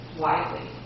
widely